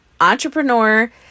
entrepreneur